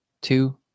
Two